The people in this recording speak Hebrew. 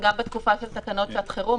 שגם בתקופה של תקנות שעת חירום,